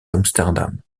amsterdam